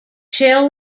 shall